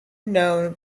known